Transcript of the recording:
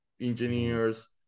engineers